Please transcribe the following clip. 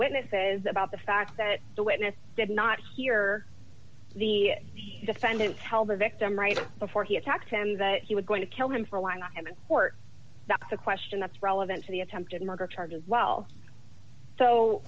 witnesses about the fact that the witness did not hear the defendant tell the victim right before he attacked him that he was going to kill him for lying to him and support that's a question that's relevant to the attempted murder charges well so